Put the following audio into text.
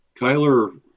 Kyler